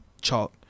chalk